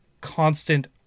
constant